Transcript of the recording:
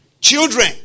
children